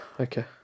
okay